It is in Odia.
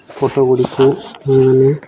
ଫଟୋଗୁଡ଼ିକୁ ଆମେ